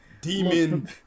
Demon